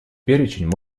перечень